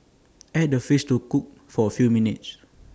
add the fish to cook for A few minutes